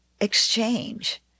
exchange